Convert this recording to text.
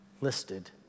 listed